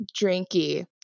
drinky